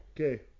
Okay